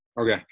Okay